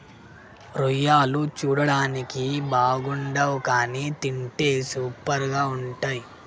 రొయ్యలు చూడడానికి బాగుండవ్ కానీ తింటే సూపర్గా ఉంటయ్